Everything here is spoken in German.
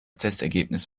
testergebnis